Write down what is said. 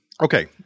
Okay